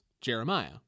Jeremiah